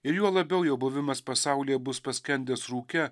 ir juo labiau jo buvimas pasaulyje bus paskendęs rūke